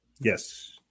Yes